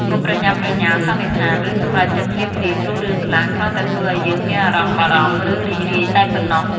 កុំប្រញាប់ប្រញាល់សន្និដ្ឋាន ឬសម្រេចចិត្តភ្លាមៗ ព្រោះរឿងខ្លះ គ្រាន់តែធ្វើអោយយើងមានអារម្មណ៍បារម្ភ ឬរីករាយតែប៉ុណ្ណោះ។